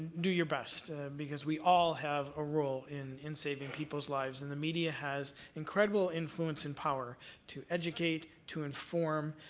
do your best because we all have a role in in saving people's lives. and the media has incredible influence and power to educate, to inform,